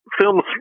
films